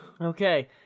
Okay